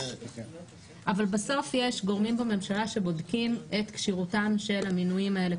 אבל בסוף יש גורמים בממשלה שבודקים את כשירותם של המינויים האלה,